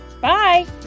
Bye